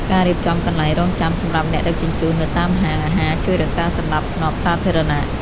ការរៀបចំកន្លែងរង់ចាំសម្រាប់អ្នកដឹកជញ្ជូននៅតាមហាងអាហារជួយរក្សាសណ្ដាប់ធ្នាប់សាធារណៈ។